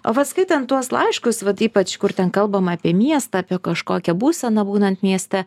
o va skaitant tuos laiškus vat ypač kur ten kalbama apie miestą apie kažkokią būseną būnant mieste